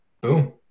Boom